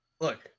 look